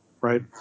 right